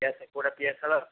କିଏସେ କୋଉଟା ପିଆଶାଳ